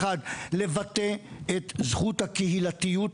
האחד, לבטא את זכות הקהילתיות,